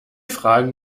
fragen